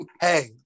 Hey